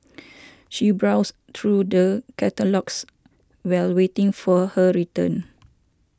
she browsed through the catalogues while waiting for her return